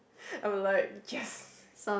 I would like yes